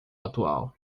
atual